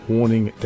Warning